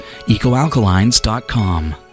ecoalkalines.com